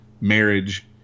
marriage